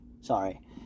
sorry